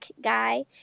guy